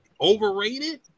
Overrated